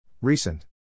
Recent